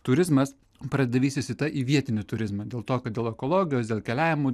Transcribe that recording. turizmas pradeda vystytis į tą į vietinį turizmą dėl to kad dėl ekologijos dėl keliavimo